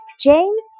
James